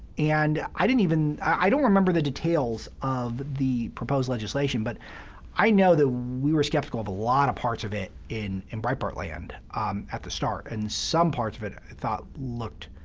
and i didn't even i don't remember the details of the proposed legislation, but i know that we were skeptical of a lot of parts of it in in breitbartland at the start, and some parts of it thought looked